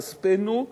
כספנו,